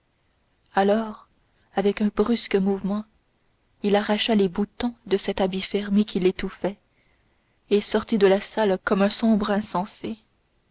alors avec un brusque mouvement il arracha les boutons de cet habit fermé qui l'étouffait et sortit de la salle comme un sombre insensé